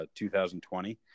2020